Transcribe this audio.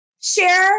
Share